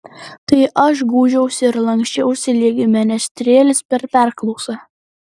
tai aš gūžiausi ir lanksčiausi lyg menestrelis per perklausą